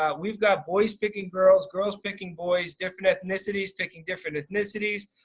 um we've got boys picking girls, girls picking boys, different ethnicities. picking different ethnicities.